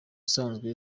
isanzwe